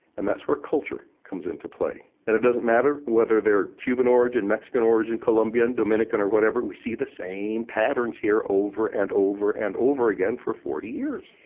and that's where culture comes into play, and it doesn't matter whether they're cuban origin, mexican origin, colombian, dominican or whatever, we see the same patterns here over and over and over again for forty years.